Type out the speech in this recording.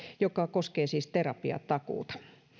joka koskee siis terapiatakuuta